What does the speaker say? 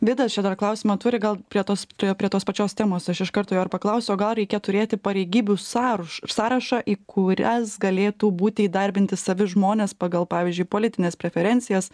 vidas čia dar klausimą turi gal prie tos prie prie tos pačios temos aš iš karto jo ir paklausiu gal reikia turėti pareigybių sąruš sąrašą į kurias galėtų būti įdarbinti savi žmonės pagal pavyzdžiui politines preferencijas